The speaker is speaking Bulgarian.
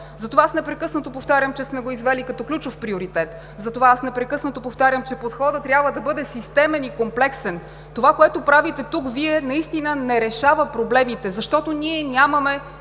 Затова непрекъснато повтарям, че сме го извели като ключов приоритет. Затова непрекъснато повтарям, че подходът трябва да бъде системен и комплексен. Това, което правите Вие тук, наистина не решава проблемите, защото ние нямаме